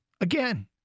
Again